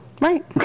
Right